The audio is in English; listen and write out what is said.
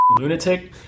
lunatic